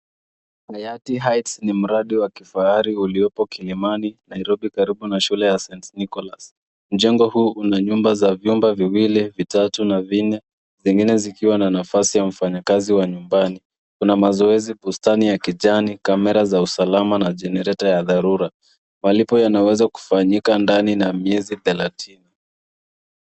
Hayati4 Heights ni mradi wa kifahari ulipo Kilimani Nairobi karibu na shule ya St. Nicholas . Mjengo huu una nyumba za vyumba viwili, vitatu na vinne vingine zikiwa na nafasi ya mfanyakazi wa nyumani. Kuna mazoezi, bustani ya kijani, camera za usalama na generator ya dharura. Malipo yanaweza kufanyika ndani na miezi thelathini.